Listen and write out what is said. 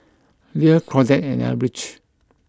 Leia Claudette and Elbridge